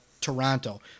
Toronto